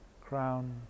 crown